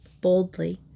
boldly